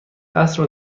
عصر